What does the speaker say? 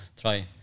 try